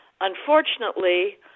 Unfortunately